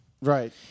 Right